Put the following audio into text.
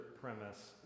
premise